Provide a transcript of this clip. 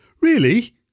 Really